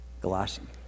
Galatians